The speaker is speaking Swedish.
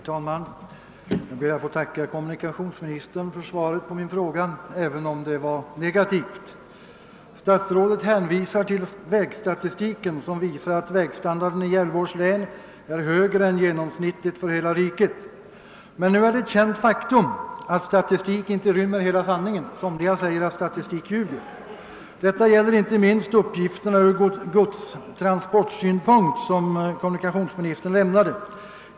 Herr talman! Jag ber att få tacka kommunikationsministern för svaret på min fråga, även om det var negativt. Statsrådet hänvisar till vägstatistiken, som ger vid handen att vägstandarden i Gävleborgs län är högre än genom snittligt för hela riket. Men nu är det ett känt faktum att statistik inte rymmer hela sanningen; somliga säger att statistik ljuger. Detta gäller inte minst de uppgifter ur godstransportsynpunkt som kommunikationsministern lämnade.